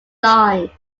line